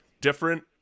different